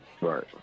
Right